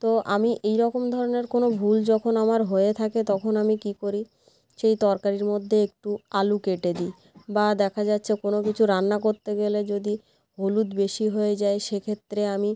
তো আমি এই রকম ধরনের কোনও ভুল যখন আমার হয়ে থাকে তখন আমি কী করি সেই তরকারির মধ্যে একটু আলু কেটে দিই বা দেখা যাচ্ছে কোনও কিছু রান্না করতে গেলে যদি হলুদ বেশি হয়ে যায় সেক্ষেত্রে আমি